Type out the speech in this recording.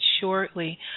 shortly